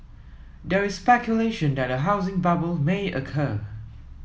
there is speculation that a housing bubble may occur